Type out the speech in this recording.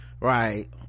Right